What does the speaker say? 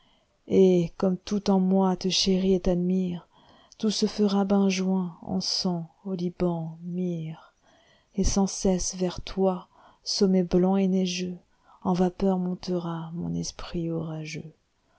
et comme tout en moi te chérit et t'admire tout se fera benjoin encens oliban myrrhcret sans cesse vers toi sommet blanc et neigeux en vapeurs montera mon esprit orageux